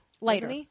later